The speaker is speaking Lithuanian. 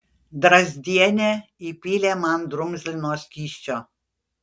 drazdienė įpylė man drumzlino skysčio